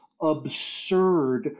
absurd